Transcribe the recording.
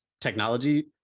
technology